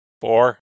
four